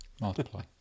multiply